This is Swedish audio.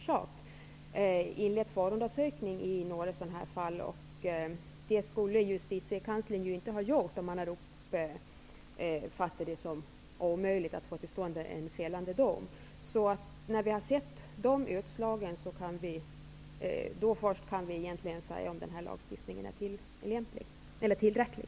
Han har inlett förundersökningar i några sådana fall. Det skulle justitiekanslern inte ha gjort om han hade uppfattat det som omöjligt att få till stånd en fällande dom. Först när de utslagen kommer kan vi se om lagstiftningen är tillräcklig.